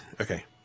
Okay